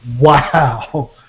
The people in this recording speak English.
Wow